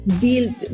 build